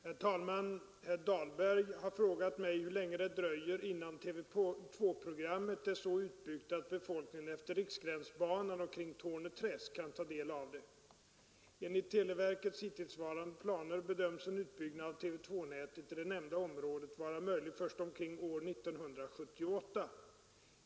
Herr talman! Herr Dahlberg har frågat mig hur länge det dröjer innan TV 2-programmet är så utbyggt att befolkningen utefter Riksgränsbanan och kring Torneträsk kan ta del av det. Enligt televerkets hittillsvarande planer bedöms en utbyggnad av TV 2-nätet i det nämnda området vara möjlig först omkring 1978.